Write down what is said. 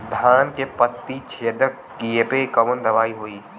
धान के पत्ती छेदक कियेपे कवन दवाई होई?